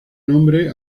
nombre